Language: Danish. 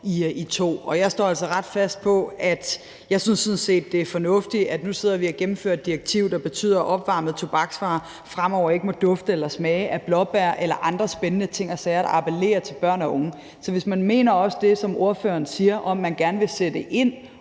op i to. Jeg står altså ret fast på, at jeg synes, det er fornuftigt, at vi nu sidder og gennemfører et direktiv, der betyder, at opvarmede tobaksvarer fremover ikke må dufte eller smage af blåbær eller andre spændende ting og sager, der appellerer til børn og unge. Så hvis man mener det, man siger, om, at man gerne vil sætte ind